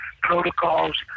protocols